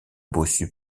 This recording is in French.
bossu